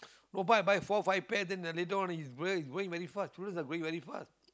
go buy buy four five pants then the little one he's growing very fast children growing very fast